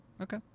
Okay